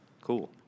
Cool